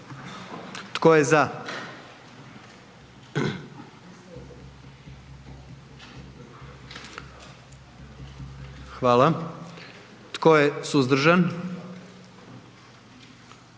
Tko je za? Hvala. Tko je suzdržan?